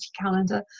calendar